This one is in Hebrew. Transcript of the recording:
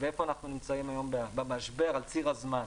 ואיפה אנחנו נמצאים היום במשבר על צרי הזמן: